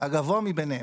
הגבוה מביניהם,